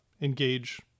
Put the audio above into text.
engage